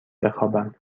بخوابم